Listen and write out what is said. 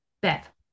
Beth